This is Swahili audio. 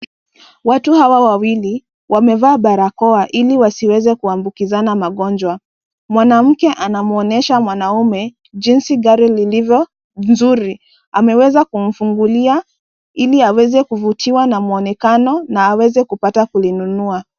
Watu hawa wawili wamevaa barakoa ili wasiweze kuambukizana magonjwa. Mwanamke anaweza kumwonyesha mwanaume jinsi gari lilivyo nzuri. Ameweza kumfungulia ili aweze kuvutiwa na mwonekano na aweze kupata kulinunua.